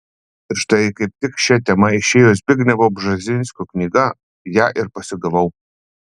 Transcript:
ir štai kaip tik šia tema išėjo zbignevo bžezinskio knyga ją ir pasigavau